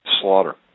slaughter